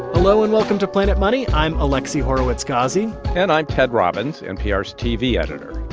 hello and welcome to planet money. i'm alexi horowitz ghazi and i'm ted robbins, npr's tv editor.